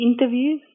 interviews